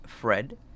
Fred